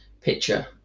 picture